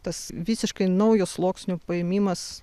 tas visiškai naujo sluoksnio paėmimas